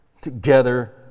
together